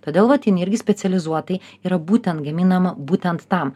todėl vat jinai irgi specializuotai yra būtent gaminama būtent tam